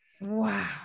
Wow